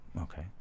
Okay